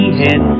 head